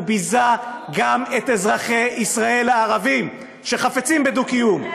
והוא ביזה גם את אזרחי ישראל הערבים שחפצים בדו-קיום,